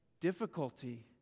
difficulty